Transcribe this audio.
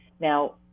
Now